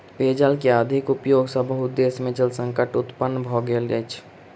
पेयजल के अधिक उपयोग सॅ बहुत देश में जल संकट उत्पन्न भ गेल अछि